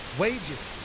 wages